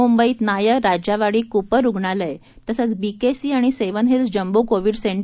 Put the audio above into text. मुंबईत नायर राजावाडी कूपर रुग्णालय तसंच बीकेसी आणि सेवन हिल्स जम्बो कोविड सें